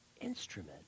instrument